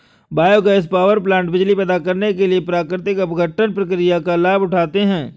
biogas power plant बिजली पैदा करने के लिए प्राकृतिक अपघटन प्रक्रिया का लाभ उठाते हैं